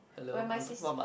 when my sis